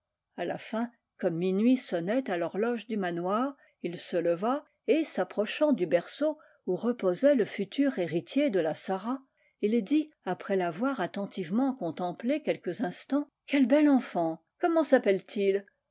a la fin comme minuit sonnait à l'horloge du manoir il se leva et s'approchant du berceau où reposait le futur héritier de la sarraz il dit après l'avoir attentivement contemplé quelques instants quel bel enfant comment s'appelle-t-il